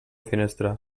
finestra